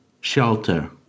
shelter